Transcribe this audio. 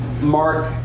Mark